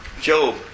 Job